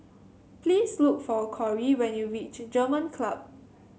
please look for Corry when you reach German Club